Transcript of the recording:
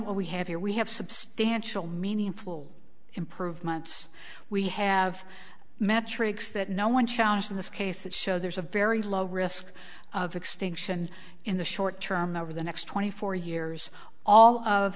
what we have here we have substantial meaningful improvements we have metrics that no one challenge in this case that show there's a very low risk of extinction in the short term over the next twenty four years all of